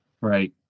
Right